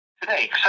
today